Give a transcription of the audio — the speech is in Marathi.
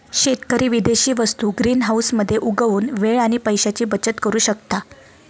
शेतकरी विदेशी वस्तु ग्रीनहाऊस मध्ये उगवुन वेळ आणि पैशाची बचत करु शकता